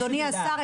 אדוני השר,